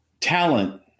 talent